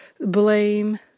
blame